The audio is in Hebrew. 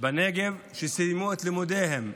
בנגב שסיימו את לימודיהם,